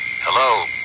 Hello